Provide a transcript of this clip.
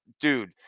dude